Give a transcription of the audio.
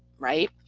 right.